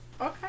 Okay